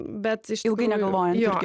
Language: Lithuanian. bet ilgai negalvojant irgi